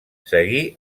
seguí